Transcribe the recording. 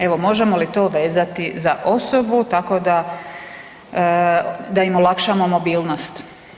Evo, možemo li to vezati za osobu tako da im olakšamo mobilnost?